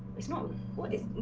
small what is